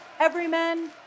everyman